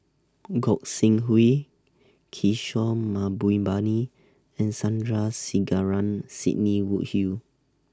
Gog Sing Hooi Kishore Mahbubani and Sandrasegaran Sidney Woodhull